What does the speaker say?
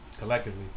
collectively